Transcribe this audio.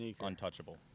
untouchable